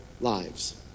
lives